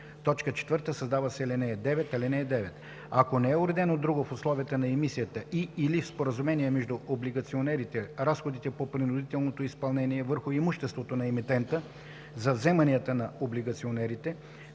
четвърто. 4. Създава се ал. 9: „(9) Ако не е уредено друго в условията на емисията и/или в споразумение между облигационерите, разходите по принудителното изпълнение върху имуществото на емитента за вземанията на облигационерите,